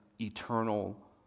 eternal